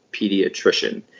pediatrician